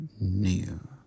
new